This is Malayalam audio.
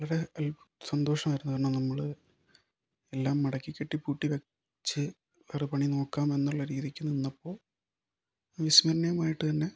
വളരെ സന്തോഷമായിരുന്നു കാരണം നമ്മള് എല്ലാം മടക്കി കെട്ടി പൂട്ടി വെച്ച് വേറെ പണി നോക്കാം എന്നുള്ള രീതിക്ക് നിന്നപ്പോൾ അവിസ്മരണീയമായിട്ടുതന്നെ